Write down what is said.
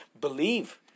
believe